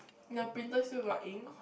your printer still got ink